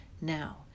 Now